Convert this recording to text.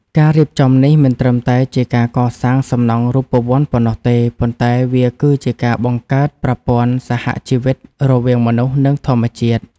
ការរៀបចំនេះមិនត្រឹមតែជាការកសាងសំណង់រូបវន្តប៉ុណ្ណោះទេ ប៉ុន្តែវាគឺជាការបង្កើតប្រព័ន្ធ សហជីវិត រវាងមនុស្ស និងធម្មជាតិ។